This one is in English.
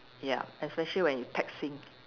ya especially when you texting